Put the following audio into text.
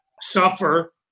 suffer